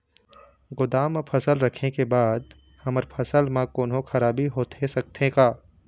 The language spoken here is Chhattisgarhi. गोदाम मा फसल रखें के बाद हमर फसल मा कोन्हों खराबी होथे सकथे का?